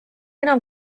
enam